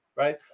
right